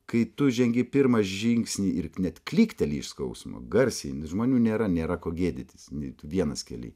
kai tu žengi pirmą žingsnį ir net klykteli iš skausmo garsiai žmonių nėra nėra ko gėdytis tu vienas kely